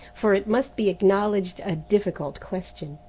for it must be acknowledged a difficult question.